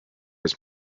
his